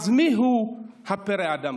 אז מיהו פרא האדם כאן?